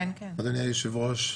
כבוד היושב-ראש,